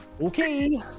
Okay